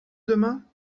demain